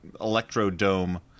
electro-dome